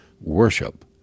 worship